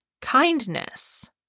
kindness